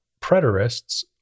preterists